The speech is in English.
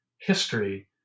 history